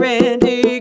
Randy